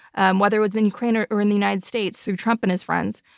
and whether it was in ukraine or or in the united states through trump and his friends.